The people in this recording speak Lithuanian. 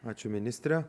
ačiū ministre